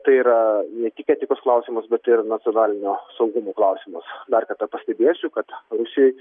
tai yra ne tik etikos klausimas bet ir nacionalinio saugumo klausimas dar kartą pastebėsiu kad rusijoj